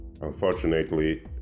unfortunately